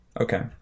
Okay